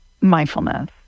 mindfulness